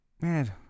Man